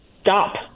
stop